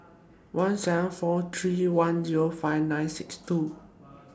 one seven four three one Zero five nine six two